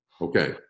Okay